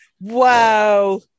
Wow